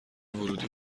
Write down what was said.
ورودی